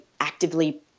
actively